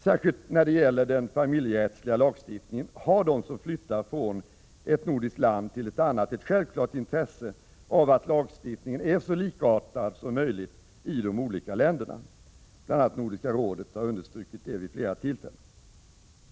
Särskilt när det gäller den familjerättsliga lagstiftningen har de som flyttar från ett nordiskt land till ett annat ett självklart intresse av att lagstiftningen är så likartad som möjligt i de olika länderna. Bl. a. Nordiska rådet har understrukit detta vid flera tillfällen.